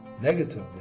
negatively